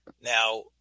Now